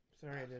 Sorry